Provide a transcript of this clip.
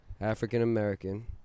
African-American